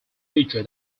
feature